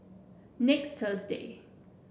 next Thursday